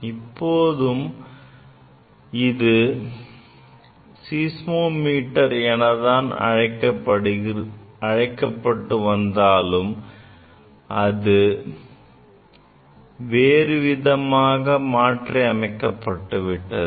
இப்போதும் அது seismometer என அழைக்கப்பட்டு வந்தாலும் அது வேறுவிதமாக மாற்றி அமைக்கப்பட்டுவிட்டது